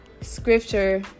scripture